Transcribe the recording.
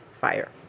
fire